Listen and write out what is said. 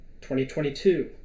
2022